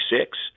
six